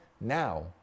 now